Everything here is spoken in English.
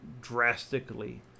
drastically